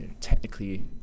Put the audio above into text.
Technically